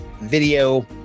video